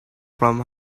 from